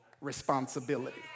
responsibility